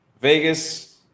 Vegas